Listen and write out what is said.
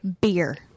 beer